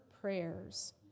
prayers